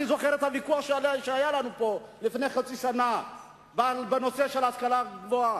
אני זוכר את הוויכוח שהיה לנו פה לפני חצי שנה בנושא ההשכלה הגבוהה,